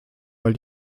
weil